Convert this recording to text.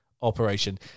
operation